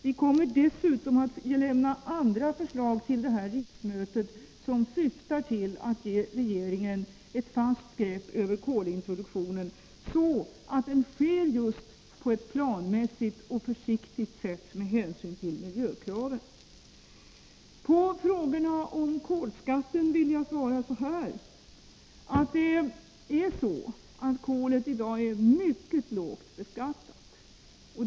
» Vi kommer dessutom att lägga fram andra förslag till detta riksmöte, vilka syftar till att ge regeringen ett fast grepp över kolintroduktionen, så att denna sker på ett planmässigt och försiktigt sätt med hänsyn till miljökraven. 1 På frågorna om kolskatten vill jag svara följande. Kolet är i dag mycket lågt beskattat.